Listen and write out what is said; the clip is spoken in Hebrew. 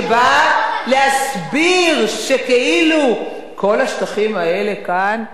שבאה להסביר שכאילו כל השטחים האלה כאן,